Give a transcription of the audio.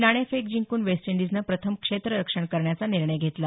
नाणेफेक जिंकून वेस्ट इंडीजनं प्रथम क्षेत्ररक्षण करण्याचा निर्णय घेतला